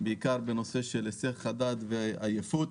בעיקר בנושא של היסח הדעת ועייפות.